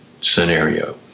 scenario